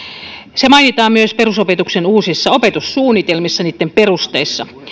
se mainitaan myös perusopetuksen uusissa opetussuunnitelmissa niitten perusteissa